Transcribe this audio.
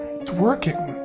working,